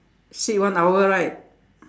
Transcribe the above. sit one hour right